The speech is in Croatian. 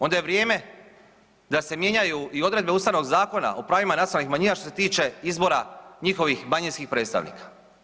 Onda je vrijeme da se mijenjaju i odredbe Ustavnog zakona o pravima nacionalnih manjina što se tiče izbora njihova manjinskih predstavnika.